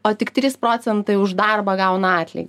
o tik trys procentai už darbą gauna atlygį